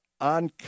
on